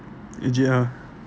legit ah